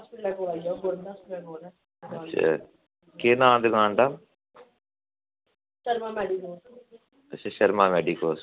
अच्छा केह् नांऽ ऐ दकान दा अच्छा अच्छा शर्मां मैडिकल